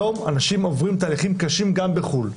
היום אנשים עוברים תהליכים קשים גם בחו"ל.